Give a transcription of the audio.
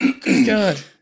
God